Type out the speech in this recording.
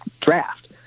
draft